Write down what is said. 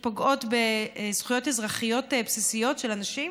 שפוגעות בזכויות אזרחיות בסיסיות של אנשים.